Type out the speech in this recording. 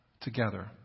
together